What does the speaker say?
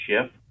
shift